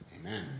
Amen